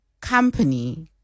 company